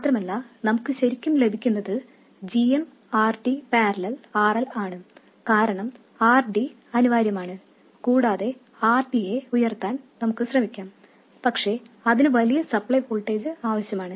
മാത്രമല്ല നമുക്ക് ശരിക്കും ലഭിക്കുന്നത് g m R D parallel R L ആണ് കാരണം R D അനിവാര്യമാണ് കൂടാതെ R Dയെ ഉയർത്താൻ നമുക്ക് ശ്രമിക്കാം പക്ഷേ അതിന് വലിയ സപ്ലൈ വോൾട്ടേജ് ആവശ്യമാണ്